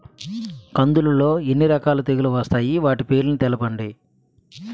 కందులు లో ఎన్ని రకాల తెగులు వస్తాయి? వాటి పేర్లను తెలపండి?